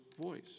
voice